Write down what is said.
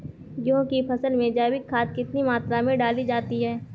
गेहूँ की फसल में जैविक खाद कितनी मात्रा में डाली जाती है?